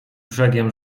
brzegiem